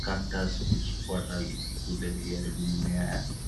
cactus ikifuata isikule iharibu mimea yake.